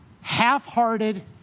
half-hearted